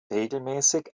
regelmäßig